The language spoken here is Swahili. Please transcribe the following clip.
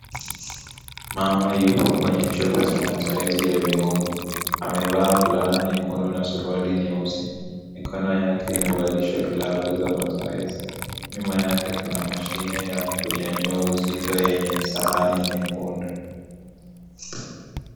Mama yupo kwenye chumba cha mazoezi ya viungo, amevaa fulana nyekundu na suruali nyeusi, mikono yake imevalishwa glavu za mazoezi, nyuma yake kuna mashine ya kunyanyua uzito yenye sahani nyekundu.